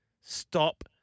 Stop